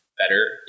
better